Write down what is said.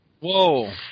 Whoa